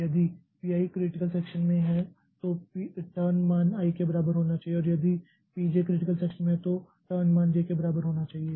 यदि P i critical section में है तो टर्न मान i बराबर होना चाहिए और यदि P j क्रिटिकल सेक्षन में है तो टर्न मान j के बराबर होना चाहिए